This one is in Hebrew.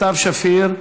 סתיו שפיר,